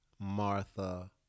Martha